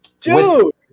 Dude